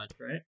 right